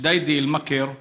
ג'דיידה-מכר,